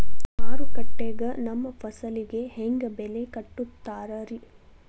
ಮಾರುಕಟ್ಟೆ ಗ ನಮ್ಮ ಫಸಲಿಗೆ ಹೆಂಗ್ ಬೆಲೆ ಕಟ್ಟುತ್ತಾರ ರಿ?